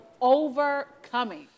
overcoming